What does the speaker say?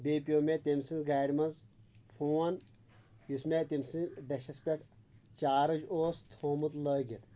بیٚیہِ پٮ۪و مےٚ تَمہِ سٕنٛزِ گاڑِ منٛز فون یُس مےٚ تٔمۍ سٕنٛزِ ڈیشش پٮ۪ٹھ چارٕج اوس تھوٚومُت لٲگِتھ